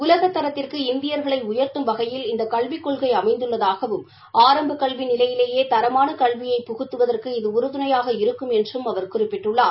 உலகத்தரத்திற்கு இந்தியர்களை உயர்த்தம் வகையில் இந்த கல்விக் கொள்கை அமைந்துள்ளதாகவும் ஆரம்ப கல்வி நிலையிலேயே தரமான கல்வியை புகுத்துவதற்கு இது உறுதுணையாக இருக்கும் என்றும் அவர் குறிப்பிட்டுள்ளார்